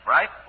Right